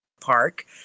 park